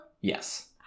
Yes